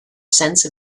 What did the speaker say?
sense